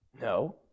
No